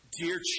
Dear